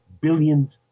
billions